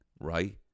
right